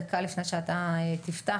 דקה לפני שאתה תפתח,